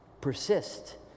Persist